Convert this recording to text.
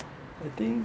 I think